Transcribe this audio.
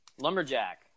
Lumberjack